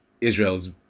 Israel's